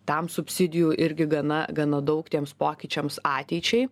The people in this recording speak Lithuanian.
tam subsidijų irgi gana gana daug tiems pokyčiams ateičiai